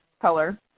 color